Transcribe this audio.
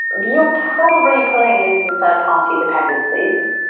you're probably pulling in some third-party dependencies.